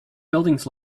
buildings